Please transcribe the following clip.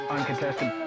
Uncontested